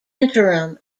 interim